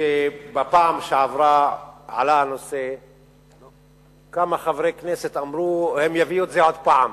כשבפעם שעברה עלה הנושא כמה חברי כנסת אמרו: הם יביאו את זה עוד פעם.